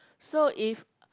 so if